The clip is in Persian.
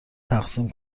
تقسیم